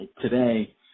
Today